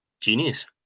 Genius